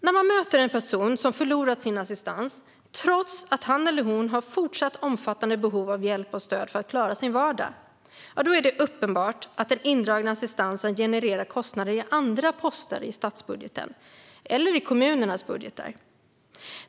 När man möter en person som förlorat sin assistans, trots att han eller hon har fortsatt omfattande behov av hjälp och stöd för att klara sin vardag, är det uppenbart att den indragna assistansen genererar kostnader i andra poster i statsbudgeten, eller i kommunernas budgetar.